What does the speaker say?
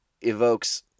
evokes